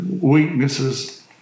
weaknesses